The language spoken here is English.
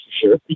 sure